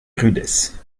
rudesse